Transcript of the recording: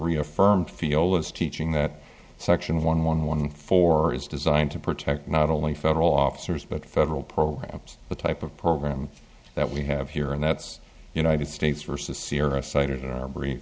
reaffirmed fiol is teaching that section one one one four is designed to protect not only federal officers but federal programs the type of program that we have here and that's united states versus sirrah cited in our br